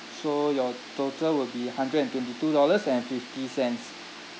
so your total will be hundred and twenty two dollars and fifty cents